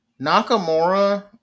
Nakamura